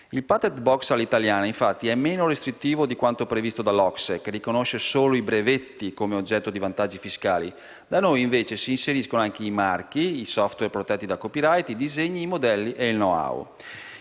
Il *patent box* all'italiana, infatti, è meno restrittivo di quanto previsto dall'OCSE, che riconosce solo i brevetti come oggetto di vantaggi fiscali. Da noi, invece, si inseriscono anche i marchi, i *software* protetti da *copyright*, i disegni, i modelli e il *know-how*.